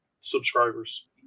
subscribers